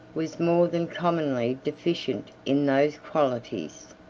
was more than commonly deficient in those qualities.